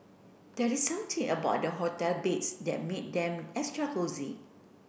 there is something about the hotel beds that make them extra cosy